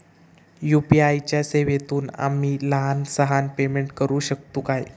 UPI च्या सेवेतून आम्ही लहान सहान पेमेंट करू शकतू काय?